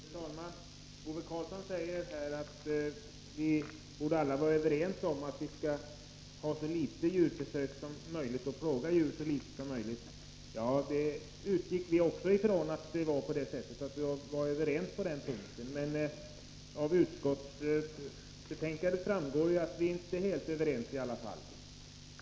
Fru talman! Ove Karlsson säger att vi borde vara överens om att vi skall ha så litet djurförsök som möjligt och plåga djur så litet som möjligt. Ja, vi utgick också ifrån att vi var överens på den punkten, men av utskottets betänkande framgår att vi inte är helt överens i alla fall.